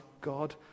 God